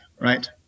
right